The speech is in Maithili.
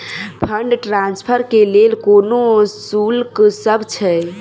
फंड ट्रान्सफर केँ लेल कोनो शुल्कसभ छै?